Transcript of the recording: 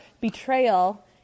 betrayal